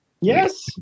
Yes